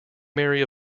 mary